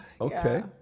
okay